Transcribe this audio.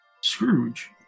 Scrooge